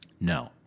No